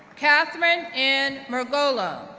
kathryn ann murgolo,